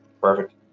Perfect